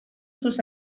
sus